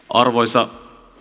arvoisa